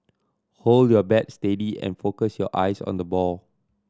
hold your bat steady and focus your eyes on the ball